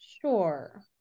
Sure